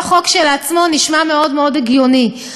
כל חוק כשלעצמו נשמע מאוד מאוד הגיוני,